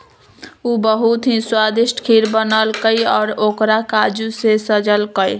उ बहुत ही स्वादिष्ट खीर बनल कई और ओकरा काजू से सजल कई